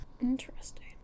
Interesting